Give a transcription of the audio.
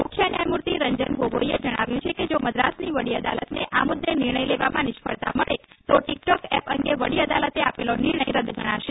મુખ્ય ન્યાયમૂર્તિ રંજન ગોગોઈએ જણાવ્યું છે કે જો મદ્રાસની વડી અદાલતને આ મુદ્દે નિર્ણય લેવામાં નિષ્ફળતા મળે તો ટીકટોક એપ અંગે વડી અદાલતે આપેલો નિર્ણય રદ ગણાશે